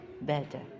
better